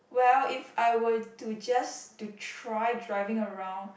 well if I were to just to try driving around